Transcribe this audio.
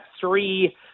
three